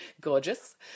gorgeous